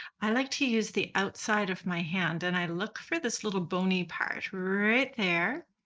i like to use the outside of my hand and i look for this little bony part right there,